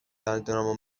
دندونامو